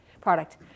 product